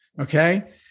Okay